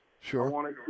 Sure